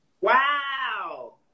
Wow